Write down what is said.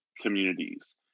communities